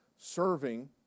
serving